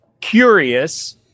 curious